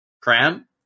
cram